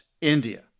India